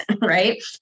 right